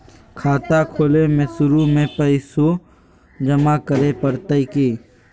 खाता खोले में शुरू में पैसो जमा करे पड़तई की?